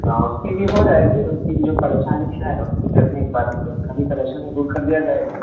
سیدھی ہو جائے گی اس کی جو پریشانی ہے اس کو دیکھنے کے بعد پھر اس کا بھی پریشانی دور کر دیا جائے گی